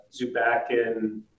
Zubakin